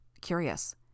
curious